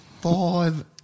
Five